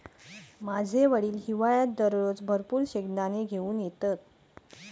माझे वडील हिवाळ्यात दररोज भरपूर शेंगदाने घेऊन येतत